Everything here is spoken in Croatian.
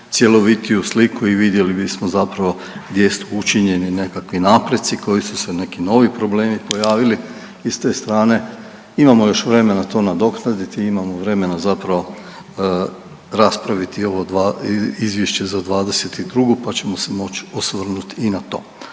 cjelovitiju sliku i vidjeli bismo zapravo gdje su učinjeni nekakvi napreci, koji su se neki novi problemi pojavili i s te strane imamo još vremena to nadoknaditi i imamo vremena zapravo raspraviti o ova dva izvješća za '22., pa ćemo se moć osvrnut i na to.